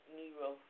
Nero